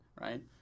right